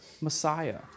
Messiah